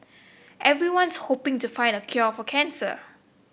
everyone's hoping to find the cure for cancer